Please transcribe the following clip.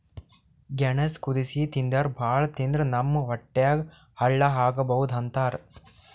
ಗೆಣಸ್ ಕುದಸಿ ತಿಂತಾರ್ ಭಾಳ್ ತಿಂದ್ರ್ ನಮ್ ಹೊಟ್ಯಾಗ್ ಹಳ್ಳಾ ಆಗಬಹುದ್ ಅಂತಾರ್